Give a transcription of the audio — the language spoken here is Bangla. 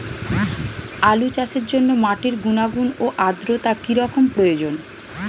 আলু চাষের জন্য মাটির গুণাগুণ ও আদ্রতা কী রকম প্রয়োজন?